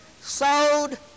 sowed